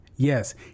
Yes